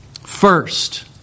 First